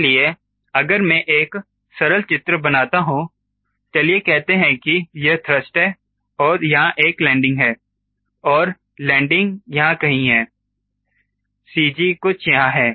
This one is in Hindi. इसलिए अगर मैं एक सरल चित्र बनाता हूं चलिए कहते हैं कि यह थ्रस्ट है और यहां एक लैंडिंग है एक और लैंडिंग यहां कहीं है CG कुछ यहां है